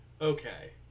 Okay